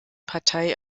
partei